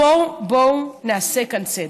בואו נעשה כאן סדר.